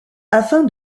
afin